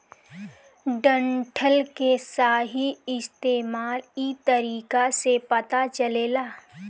डंठल के सही इस्तेमाल इ तरीका से पता चलेला